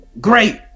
great